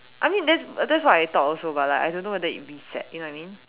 I mean that's that's what I thought also but like I don't know whether it reset you know what I mean